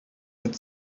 had